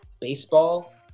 Baseball